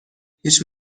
هیچ